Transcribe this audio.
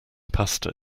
pasta